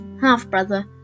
half-brother